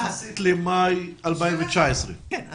יחסית למאי 2019. כן,